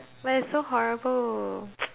but it's so horrible